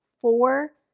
four